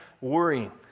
worrying